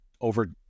over